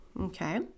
okay